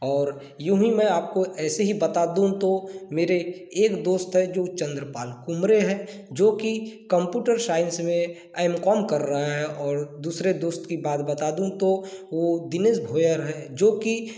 और यूँ ही मैं आपको ऐसे ही बता दूँ तो मेरे एक दोस्त है जो चंद्रपाल कुंबले है जो कि कंप्यूटर साइंस में एम कॉम कर रहा है और दूसरे दोस्त की बात बता दूँ तो वह दिनेश भोयर हैं जो कि